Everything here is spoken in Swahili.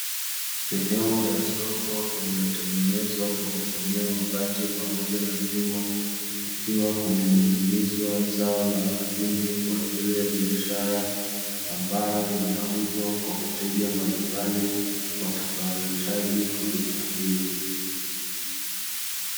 Sehemu ya soko iliyotengenezwa kwa kutumia mabati pamoja na vyuma, kukiwa kumeninginizwa zao la mahindi kwa ajili ya biashara, ambayo yanauzwa kwa wateja mbalimbali watakaohitaji huduma hiyo.